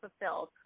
fulfilled